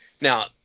Now